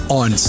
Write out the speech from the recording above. on